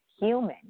human